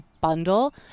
bundle